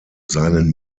seinen